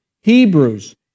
Hebrews